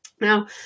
Now